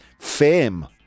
fame